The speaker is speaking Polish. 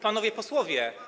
Panowie Posłowie!